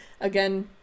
again